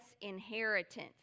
inheritance